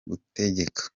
gutegeka